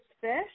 fish